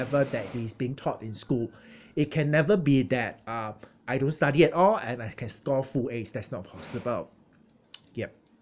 ~ever that he is being taught in school it can never be that uh I don't study at all and I can score full A there's not possible ya